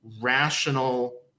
rational